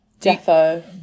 Defo